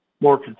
more